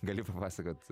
galiu papasakot